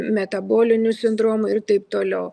metaboliniu sindromu ir taip toliau